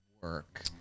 work